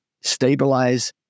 stabilize